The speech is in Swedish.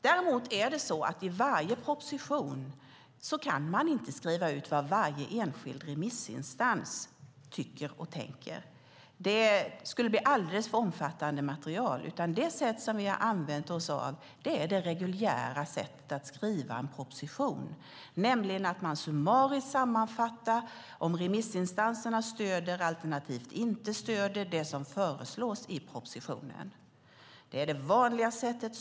Däremot kan man inte skriva ut vad varje enskild remissinstans tycker och tänker i propositionerna. Det skulle bli ett alldeles för omfattande material. Det sätt som vi har använt oss av är det reguljära sättet att skriva en proposition där man summariskt sammanfattar om remissinstanserna stöder alternativt inte stöder det som föreslås i propositionen. Det är det vanliga sättet.